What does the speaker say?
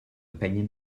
opinion